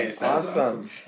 awesome